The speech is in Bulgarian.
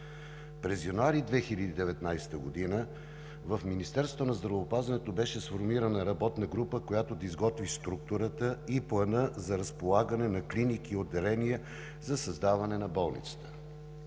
месец януари 2019 г. в Министерството на здравеопазването беше сформирана работна група, която да изготви структурата и плана за разполагане на клиники и отделения за създаване на болницата.